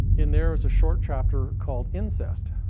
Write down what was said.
in there was a short chapter called incest.